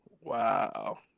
Wow